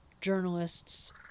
journalists